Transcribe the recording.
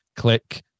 click